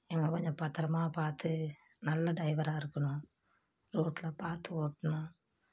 எங்களை கொஞ்சம் பத்திரமா பார்த்து நல்ல டைவராக இருக்கணும் ரோட்டில் பார்த்து ஓட்டணும்